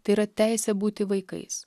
tai yra teisė būti vaikais